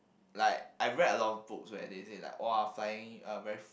like I read a lot of books where they say like !wah! flying a very